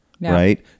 Right